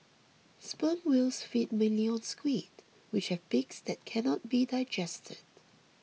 sperm whales feed mainly on squid which have beaks that cannot be digested